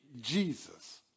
Jesus